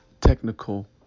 technical